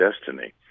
destiny